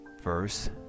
verse